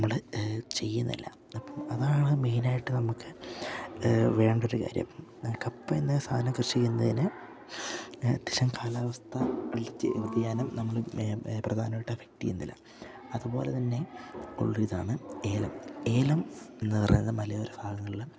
നമ്മള് ചെയ്യുന്നില്ല അപ്പം അതാണ് മെയിൻ ആയിട്ട് നമ്മൾക്ക് വേണ്ട ഒരു കാര്യം കപ്പ എന്ന സാധനം കൃഷി ചെയ്യുന്നതിന് അത്യാവശ്യം കാലാവസ്ഥ വ്യതിയാനം നമ്മൾ പ്രധാനമായിട്ട് എഫക്റ്റ് ചെയ്യുന്നില്ല അതുപോലെ തന്നെ ഉള്ള ഇതാണ് ഏലം ഏലം എന്ന് പറയുന്ന മലയോര ഭാഗങ്ങളിലെ